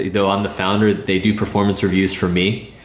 though i'm the founder, they do performance reviews for me.